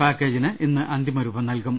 പാക്കേജിന് ഇന്ന് അന്തിമ രൂപം നൽകും